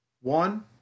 One